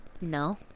No